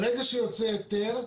ברגע שיוצא היתר,